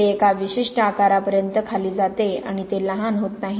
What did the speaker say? ते एका विशिष्ट आकारापर्यंत खाली जाते आणि ते लहान होत नाही